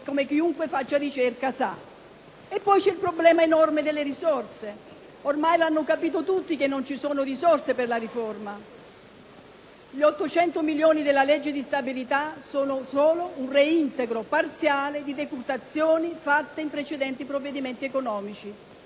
come sa chiunque faccia ricerca. Inoltre, si pone il problema enorme delle risorse. Ormai l'hanno capito tutti che non ci sono risorse per la riforma: gli 800 milioni previsti dalla legge di stabilità sono solo un reintegro parziale di decurtazioni fatte in precedenti provvedimenti economici